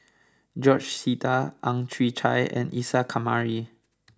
George Sita Ang Chwee Chai and Isa Kamari